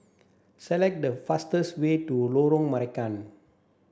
select the fastest way to Lorong Marican